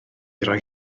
roi